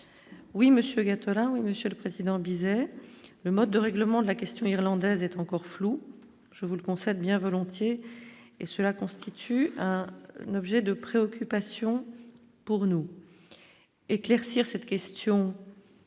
oui monsieur Gattolin oui Monsieur le Président, Bizet, le mode de règlement de la question irlandaise est encore floue, je vous le concède bien volontiers et cela constitue un objet de préoccupation pour nous éclaircir cette question